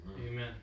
Amen